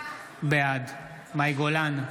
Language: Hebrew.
בעד מאי גולן,